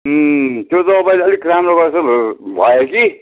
अँ त्यो दबाईले अलिक राम्रो गरेको जस्तो भयो कि